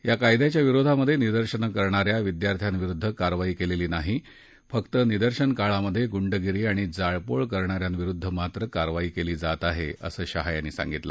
या कायद्याच्या विरोधात निदर्शनं करणाऱ्या विद्यार्थ्यांविरुद्ध कारवाई केलेली नाही फक्त निदर्शनकाळात गुंडगिरी आणि जाळपोळ करणाऱ्यांविरुद्ध मात्र कारवाई केली जात आहे असं शहा यांनी सांगितलं